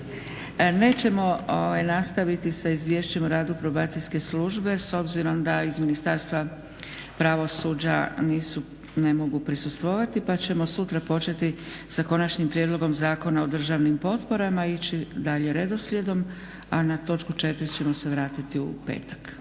nećemo nastaviti sa Izvješćem o radu probacijske službe s obzirom da iz Ministarstva pravosuđa ne mogu prisustvovati pa ćemo sutra početi sa Konačnim prijedlogom Zakona o državnim potporama i ići dalje redoslijedom a na točku 4. ćemo se vratiti u petak.